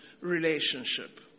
relationship